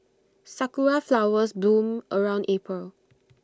Sakura Flowers bloom around April